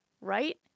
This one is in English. right